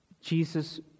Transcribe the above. Jesus